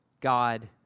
God